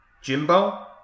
Jimbo